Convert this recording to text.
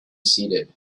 seated